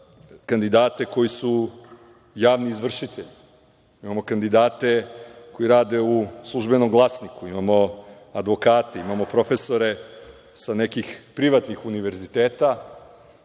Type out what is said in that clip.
kandidate koji su javni izvršitelji, imamo kandidate koji rade u „Službenom glasniku“, imamo advokate, imamo profesore sa nekih privatnih univerziteta,